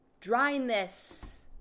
dryness